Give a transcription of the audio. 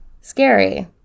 Scary